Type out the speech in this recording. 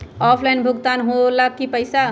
Offline भुगतान हो ला कि पईसा?